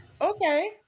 Okay